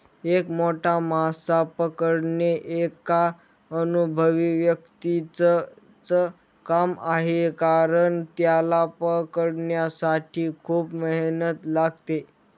एक मोठा मासा पकडणे एका अनुभवी व्यक्तीच च काम आहे कारण, त्याला पकडण्यासाठी खूप मेहनत लागते